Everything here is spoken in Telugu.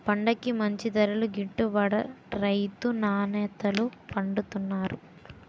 పంటకి మంచి ధరలు గిట్టుబడక రైతులు నానాయాతనలు పడుతున్నారు